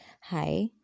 hi